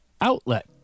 outlet